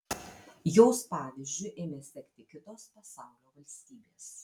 jos pavyzdžiu ėmė sekti kitos pasaulio valstybės